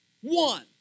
One